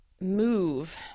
move